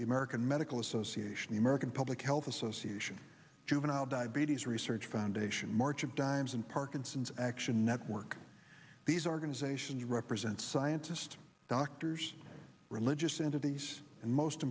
the american medical association the american public health association juvenile diabetes research foundation march of dimes and parkinson's action network these organizations represent scientists doctors religious